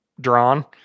drawn